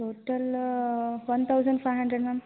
total one thousand five hundred ma'am